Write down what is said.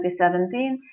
2017